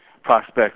Prospect